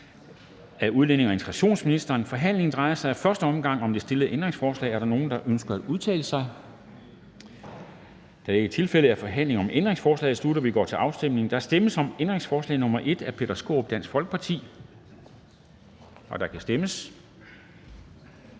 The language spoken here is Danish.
Forhandlingen drejer sig i første omgang om det stillede ændringsforslag. Er der nogen, der ønsker at udtale sig? Da det ikke er tilfældet, er forhandlingen om ændringsforslaget sluttet, og vi går til afstemning. Kl. 10:18 Afstemning Formanden (Henrik Dam Kristensen): Der stemmes